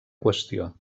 qüestió